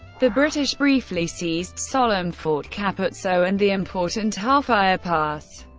the british briefly seized sollum, fort capuzzo, and the important halfaya pass,